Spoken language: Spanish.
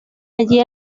allí